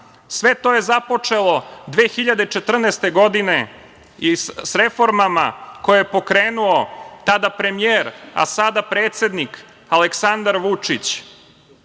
Sve to je započelo 2014. godine sa reformama koje je pokrenuo tada premijer, a sada predsednik Aleksandar Vučić.